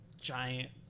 giant